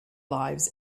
lives